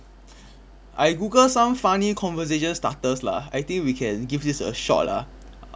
I google some funny conversation starters lah I think we can give this a shot lah